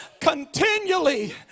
continually